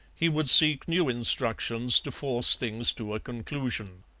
he would seek new instructions to force things to a conclusion.